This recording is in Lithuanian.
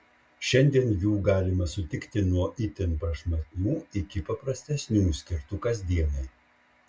šiandien jų galima sutikti nuo itin prašmatnių iki paprastesnių skirtų kasdienai